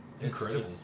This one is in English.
Incredible